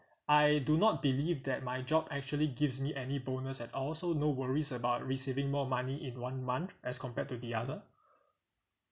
I do not believe that my job actually gives me any bonus at all so no worries about receiving more money in one month as compared to the other